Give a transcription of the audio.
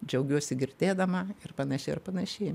džiaugiuosi girdėdama ir panašiai ir panašiai